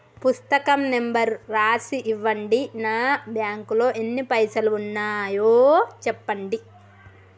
పుస్తకం నెంబరు రాసి ఇవ్వండి? నా బ్యాంకు లో ఎన్ని పైసలు ఉన్నాయో చెప్పండి?